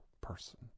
person